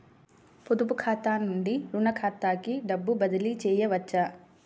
పొదుపు ఖాతా నుండీ, రుణ ఖాతాకి డబ్బు బదిలీ చేయవచ్చా?